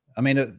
i mean, ah